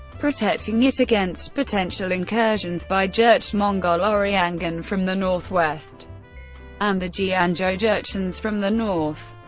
protecting it against potential incursions by jurched-mongol oriyanghan from the northwest and the jianzhou jurchens from the north.